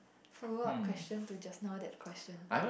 follow up question to just now that question